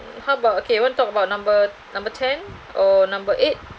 how about okay want talk about number number ten or number eight